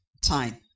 time